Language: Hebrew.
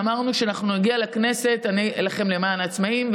ואמרנו שכשאנחנו נגיע לכנסת אני אילחם למען העצמאים,